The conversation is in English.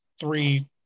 three